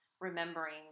remembering